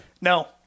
No